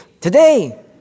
today